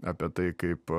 apie tai kaip